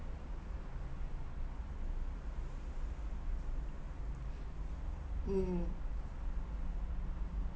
mm